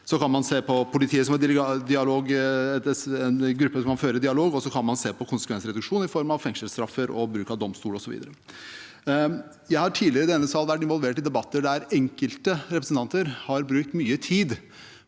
Så kan man se på politiet som en gruppe som kan føre dialog, og så kan man se på konsekvensreduksjon i form av fengselsstraffer og bruk av domstol osv. Jeg har tidligere i denne sal vært involvert i debatter der enkelte representanter har brukt mye tid